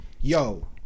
yo-